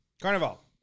Carnival